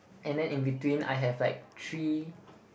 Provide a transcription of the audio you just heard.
and then in between I have like three